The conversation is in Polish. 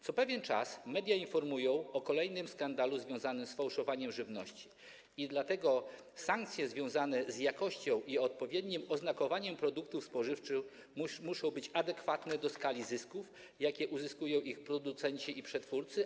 Co pewien czas media informują o kolejnym skandalu związanym z fałszowaniem żywności, dlatego sankcje związane z jakością i odpowiednim oznakowaniem produktów spożywczych muszą być adekwatne do skali zysków, jakie uzyskują ich producenci i przetwórcy.